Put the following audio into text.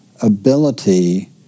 ability